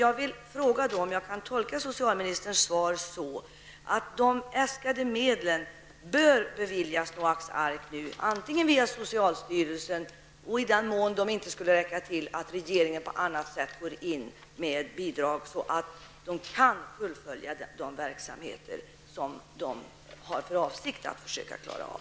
Jag vill fråga om jag kan tolka socialministerns svar så, att de äskade medlen nu bör beviljas Noaks ark, antingen via socialstyrelsen eller, i den mån detta inte räcker, genom att regeringen går in med bidrag, så att man kan fullfölja de verksamheter som man har för avsikt att försöka klara av.